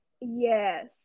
Yes